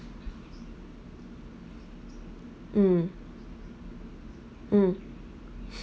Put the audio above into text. mm mm